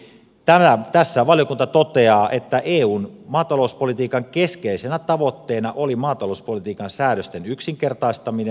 tässä valiokunta toteaa että eun maatalouspolitiikan keskeisenä tavoitteena oli maatalouspolitiikan säädösten yksinkertaistaminen